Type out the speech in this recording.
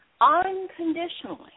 unconditionally